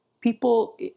People